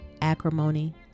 Acrimony